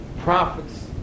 prophets